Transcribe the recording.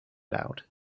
loud